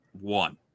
one